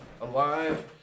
Alive